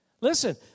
Listen